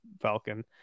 Falcon